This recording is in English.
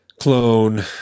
clone